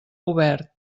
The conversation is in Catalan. obert